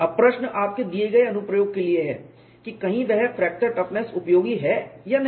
अब प्रश्न आपके दिए गए अनुप्रयोग के लिए है कि कहीं वह फ्रैक्चर टफनेस उपयोगी है या नहीं